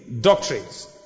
Doctrines